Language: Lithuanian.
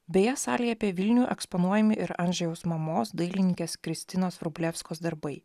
beje salėje apie vilnių eksponuojami ir anžejaus mamos dailininkės kristinos vrublevskos darbai